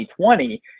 2020